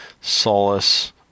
solace